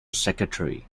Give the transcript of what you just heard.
secretary